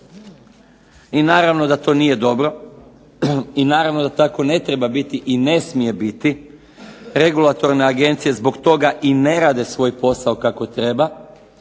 I naravno da to nije dobro, i naravno da tako ne treba biti i ne smije biti, regulatorne agencije zbog toga i ne rade svoj posao kako treba,